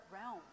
realm